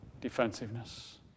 defensiveness